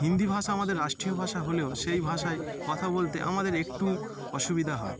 হিন্দি ভাষা আমাদের রাষ্ট্রীয় ভাষা হলেও সেই ভাষায় কথা বলতে আমাদের একটু অসুবিধা হয়